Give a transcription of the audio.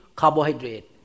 carbohydrate